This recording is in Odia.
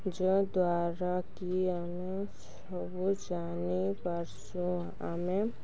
ଯଦ୍ୱାରା କି ଆମେ ସବୁ ଜାଣି ପାରୁଛୁ ଆମେ